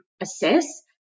assess